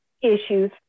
issues